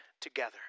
together